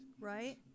Right